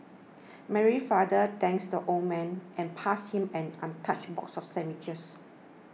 Mary's father thanks the old man and passed him an untouched box of sandwiches